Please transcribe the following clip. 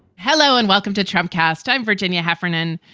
hello and welcome to tramcars time, virginia heffernan.